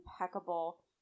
impeccable